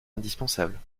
indispensable